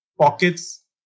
pockets